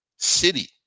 city